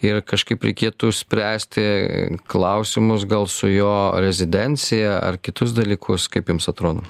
ir kažkaip reikėtų spręsti klausimus gal su jo rezidencija ar kitus dalykus kaip jums atrodo